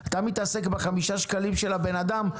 אתה מתעסק בחמישה שקלים של הבן אדם?